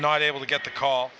not able to get the call